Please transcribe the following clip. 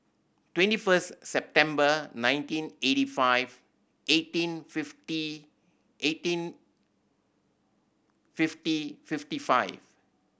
twenty first September nineteen eighty five eighteen fifty eighteen fifty fifty five